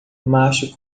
macho